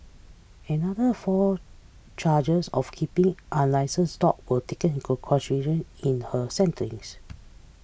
another four charges of keeping unlicens dog were taken into in her sentencing